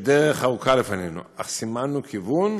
יש עוד דרך ארוכה לפנינו, אך סימנו כיוון,